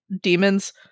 demons